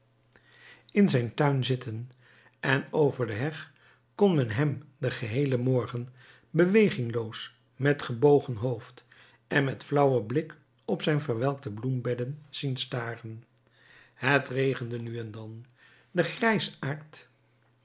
in zijn tuin zitten en over de heg kon men hem den geheelen morgen bewegingloos met gebogen hoofd en met flauwen blik op zijn verwelkte bloembedden zien staren het regende nu en dan de